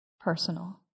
personal